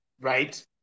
right